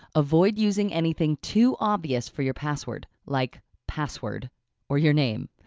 avoid using anything too obvious for your password like password or your name.